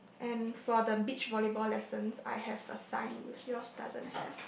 and for the beach volleyball lessons I have a sign which yours doesn't have